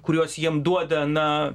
kuriuos jiem duoda na